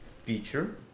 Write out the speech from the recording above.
Feature